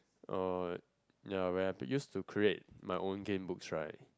uh ya when I used to create my own game books right